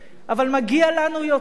אבל מגיע לנו יותר,